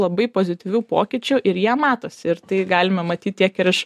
labai pozityvių pokyčių ir jie matosi ir tai galima matyt tiek ir iš